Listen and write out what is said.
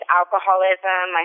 alcoholism